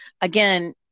again